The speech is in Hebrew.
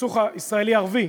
הסכסוך הישראלי ערבי.